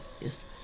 Yes